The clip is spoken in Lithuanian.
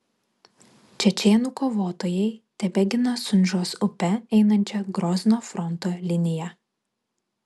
čečėnų kovotojai tebegina sunžos upe einančią grozno fronto liniją